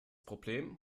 problem